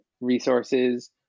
resources